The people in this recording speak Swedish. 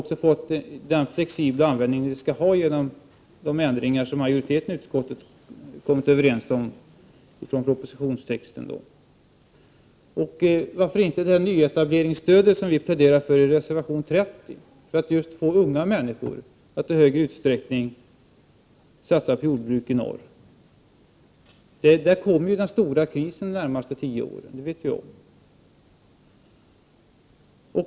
Anslaget har fått den flexibla användning det skall ha genom de ändringar av propositionstexten som majoriteten i utskottet kommit överens om. Varför inte rösta också för reservation 30 beträffande stöd till nyetablering, vilket syftar till att få unga människor att i större utsträckning satsa på jordbruk i norr? Här kommer den stora krisen under de närmaste tio åren.